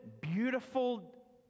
beautiful